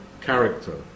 character